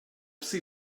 sie